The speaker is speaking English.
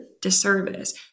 disservice